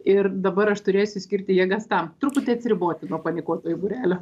ir dabar aš turėsiu skirti jėgas tam truputį atsiriboti nuo panikuotojų būrelio